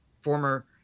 former